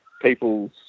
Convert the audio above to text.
people's